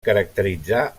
caracteritzar